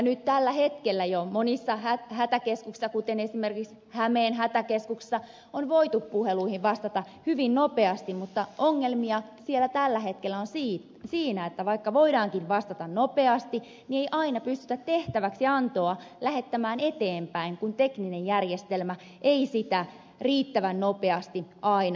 nyt tällä hetkellä jo monissa hätäkeskuksissa kuten esimerkiksi hämeen hätäkeskuksessa on voitu puheluihin vastata hyvin nopeasti mutta ongelmia siellä tällä hetkellä on siinä että vaikka voidaankin vastata nopeasti niin ei aina pystytä tehtäväksiantoa lähettämään eteenpäin kun tekninen järjestelmä ei sitä riittävän nopeasti aina mahdollista